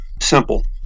simple